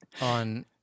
On